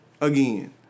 Again